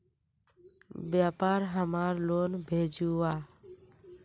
व्यापार हमार लोन भेजुआ?